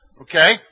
Okay